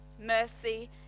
mercy